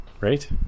Right